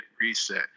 reset